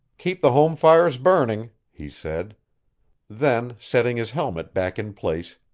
keep the home fires burning, he said then, setting his helmet back in place,